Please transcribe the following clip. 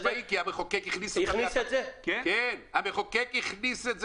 חד משמעית, כי המחוקק הכניס את זה.